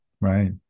Right